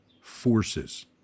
forces